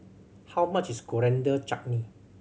how much is Coriander Chutney